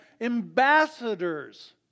ambassadors